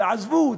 תעזבו,